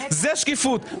זה שקיפות.